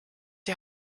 die